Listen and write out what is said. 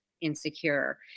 insecure